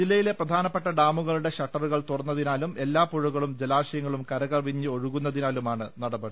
ജില്ലയിലെ പ്രധാനപ്പെട്ട ഡാമുകളുടെ ഷട്ടറുകൾ തുറന്നതിനാലും എല്ലാ പുഴകളും ജലാശയങ്ങളും കരകവിഞ്ഞ് ഒഴുകുന്നതിനാലുമാണ് നടപടി